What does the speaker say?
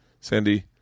Sandy